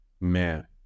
Man